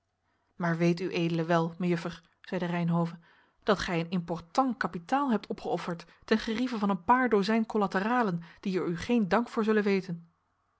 maar weet ued wel mejuffer zeide reynhove dat gij een important kapitaal hebt opgeofferd ten gerieve van een paar dozijn collateralen die er u geen dank voor zullen weten